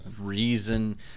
reason